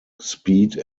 speed